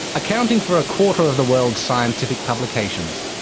accounting for a quarter of the world's scientific publications,